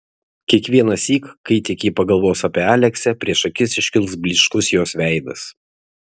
kiekvienąsyk kai tik ji pagalvos apie aleksę prieš akis iškils blyškus jos veidas